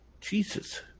Jesus